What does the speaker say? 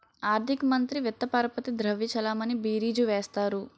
ఆర్థిక మంత్రి విత్త పరపతి ద్రవ్య చలామణి బీరీజు వేస్తారు